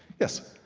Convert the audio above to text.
yes.